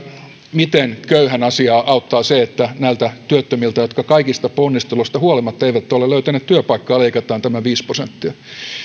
miten köyhän asiaa auttaa se että näiltä työttömiltä jotka kaikista ponnisteluista huolimatta eivät ole löytäneet työpaikkaa leikataan tämä viisi prosenttia